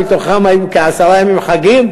ובתוכו היו כעשרה ימים חגים,